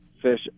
Fish